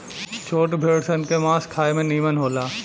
छोट भेड़ सन के मांस खाए में निमन होला